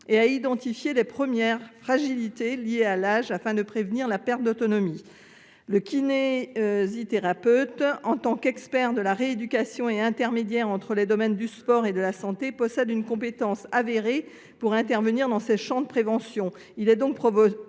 et à identifier « [l]es premières fragilités liées à l’âge en vue de prévenir la perte d’autonomie ». Le kinésithérapeute, en tant qu’expert de la rééducation et intermédiaire entre les domaines du sport et de la santé, possède une compétence avérée en matière d’intervention dans ces champs de prévention. Il est donc proposé,